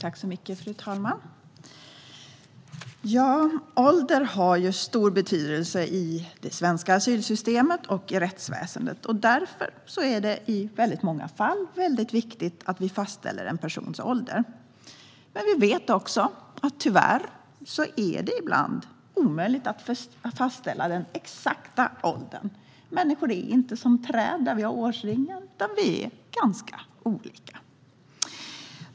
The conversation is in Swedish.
Fru talman! Ålder har stor betydelse i det svenska asylsystemet och rättsväsendet, och därför är det i många fall viktigt att vi fastställer en persons ålder. Men tyvärr är det ibland omöjligt att fastställa den exakta åldern. Människor är inte träd med årsringar, utan vi är ganska olika.